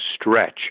stretch